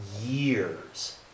years